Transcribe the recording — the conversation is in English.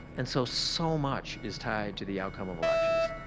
and so, so much is tied to the outcome of elections.